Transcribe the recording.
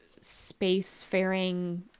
space-faring